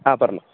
ആ പറഞ്ഞോ